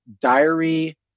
Diary